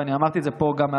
ואני אמרתי את זה גם פה,